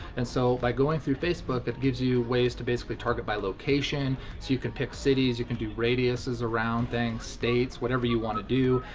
and so, by going through facebook, it gives you you ways to basically target by location, so you can pick cities, you can do radius' around things, states, whatever you wanna do.